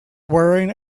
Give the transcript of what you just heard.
wearing